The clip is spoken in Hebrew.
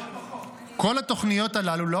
כל התוכניות הללו --- מוכרות בחוק.